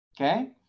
okay